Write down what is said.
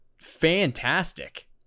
fantastic